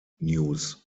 news